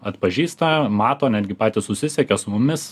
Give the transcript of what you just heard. atpažįsta mato netgi patys susisiekia su mumis